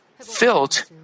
filled